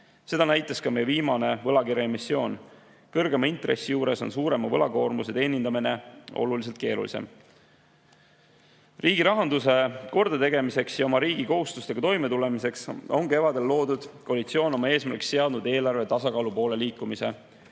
Seda näitas ka meie viimane võlakirja emissioon. Kõrgema intressi juures on suurema võlakoormuse teenindamine oluliselt keerulisem. Riigirahanduse kordategemiseks ja oma riigi kohustustega toimetulemiseks on kevadel loodud koalitsioon oma eesmärgiks seadnud eelarve tasakaalu poole liikumise,